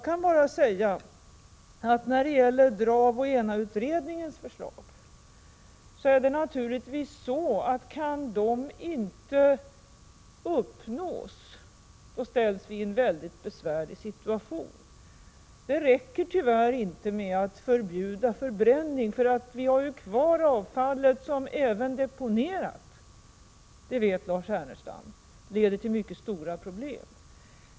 Kan DRAV och ENA-utredningarnas förslag inte förverkligas, ställs vi i en väldigt besvärlig situation. Det räcker tyvärr inte med att förbjuda förbränning, för vi har kvar avfall som även deponerat — det vet Lars Ernestam -— leder till mycket stora problem.